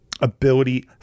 ability